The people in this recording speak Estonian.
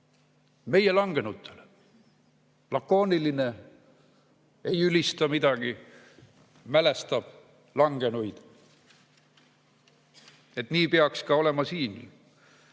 "Meie langenutele". Lakooniline, ei ülista midagi. Mälestab langenuid. Nii peaks ka olema siin.